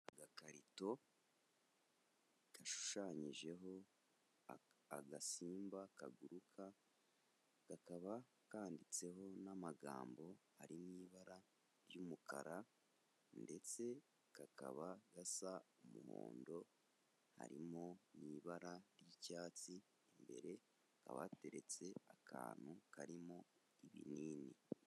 Agakarito gashushanyijeho agasimba kaguruka, kakaba kanditseho n'amagambo ari mu ibara ry'umukara ndetse kakaba gasa umuhondo harimo n'ibara ry'icyatsi, imbere hakaba hateretse akantu karimo ibinini.